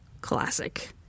Classic